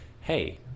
hey